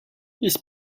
his